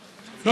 לא,